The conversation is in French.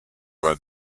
vingt